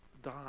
die